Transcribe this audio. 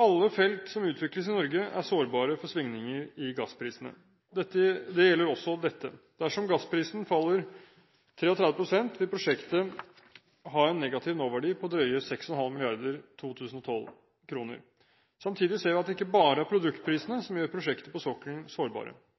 Alle felt som utvikles i Norge, er sårbare for svingninger i gassprisene. Det gjelder også dette. Dersom gassprisen faller med 33 pst., vil prosjektet ha en negativ nåverdi på drøye 6,5 mrd. 2012-kroner. Samtidig ser vi at det ikke bare er produktprisene som gjør prosjekter på sokkelen sårbare.